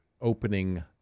opening